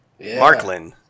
Marklin